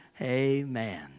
Amen